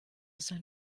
sein